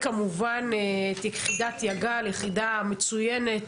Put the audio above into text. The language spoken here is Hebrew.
את יחידת יג"ל, יחידה מצוינת